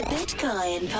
Bitcoin